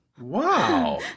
Wow